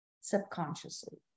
Subconsciously